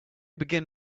begin